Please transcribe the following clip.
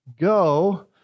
go